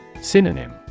Synonym